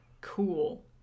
cool